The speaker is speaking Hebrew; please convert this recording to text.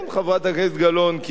כן, חברת הכנסת גלאון.